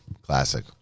Classic